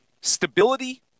stability